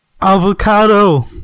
Avocado